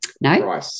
No